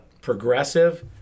progressive